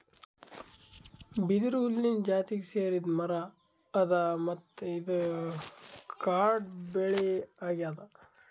ಬಿದಿರು ಹುಲ್ಲಿನ್ ಜಾತಿಗ್ ಸೇರಿದ್ ಮರಾ ಅದಾ ಮತ್ತ್ ಇದು ಕಾಡ್ ಬೆಳಿ ಅಗ್ಯಾದ್